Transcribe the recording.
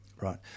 Right